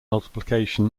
multiplication